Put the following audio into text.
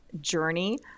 journey